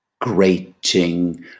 grating